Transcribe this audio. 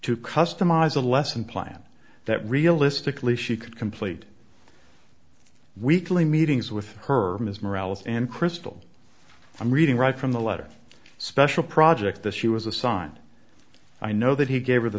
to customize a lesson plan that realistically she could complete weekly meetings with her his morality and crystal i'm reading right from the letter special project that she was assigned i know that he gave her the